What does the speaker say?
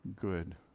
good